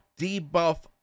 debuff